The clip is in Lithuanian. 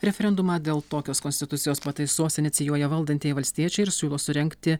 referendumą dėl tokios konstitucijos pataisos inicijuoja valdantieji valstiečiai ir siūlo surengti